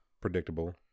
predictable